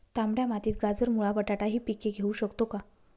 तांबड्या मातीत गाजर, मुळा, बटाटा हि पिके घेऊ शकतो का?